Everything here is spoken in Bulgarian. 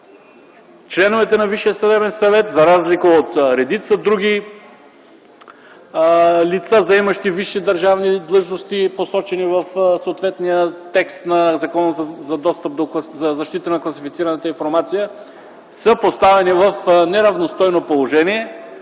съдебен съвет за разлика от редица други лица, заемащи висши държавни длъжности, посочени в съответния текст на Закона за защита на класифицираната информация са поставени в неравностойно положение